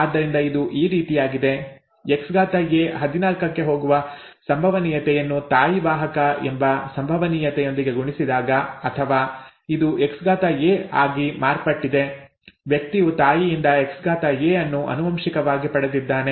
ಆದ್ದರಿಂದ ಇದು ಈ ರೀತಿಯಾಗಿದೆ Xa 14 ಕ್ಕೆ ಹೋಗುವ ಸಂಭವನೀಯತೆಯನ್ನು ತಾಯಿ ವಾಹಕ ಎಂಬ ಸಂಭವನೀಯತೆಯೊಂದಿಗೆ ಗುಣಿಸಿದಾಗ ಅಥವಾ ಇದು Xa ಆಗಿ ಮಾರ್ಪಟ್ಟಿದೆ ವ್ಯಕ್ತಿಯು ತಾಯಿಯಿಂದ Xa ಅನ್ನು ಆನುವಂಶಿಕವಾಗಿ ಪಡೆದಿದ್ದಾನೆ